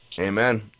Amen